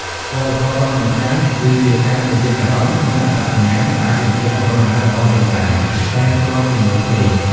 វប្បធម៌រាំកម្សាន្ត គឺជាការបញ្ចេញអារម្មណ៍ និងអត្តសញ្ញាណតាមរយៈចលនារបស់រាងកាយ ដែលភ្ជាប់ជាមួយភ្លេង។